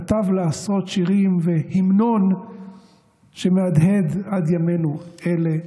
כתב לה עשרות שירים והמנון שמהדהד עד ימינו אלה,